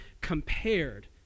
compared